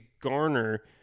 garner